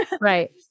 Right